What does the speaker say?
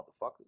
motherfucker